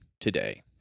today